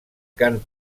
cant